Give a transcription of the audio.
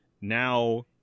now